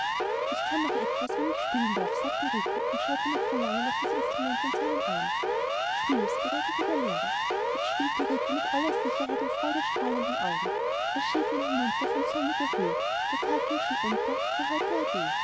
ich kann noch etwas wenn ich's spielen darf sagte rico und schaute mit verlangen auf das instrument in seinem arm spiel's bedeutete der lehrer jetzt spielte rico mit aller sicherheit und freudestrahlenden augen ihr schäflein hinunter von sonniger höh der tag ging schon unter für heute